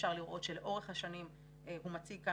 אפשר לראות שלאורך השנים הוא מציג כאן